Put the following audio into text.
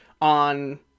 on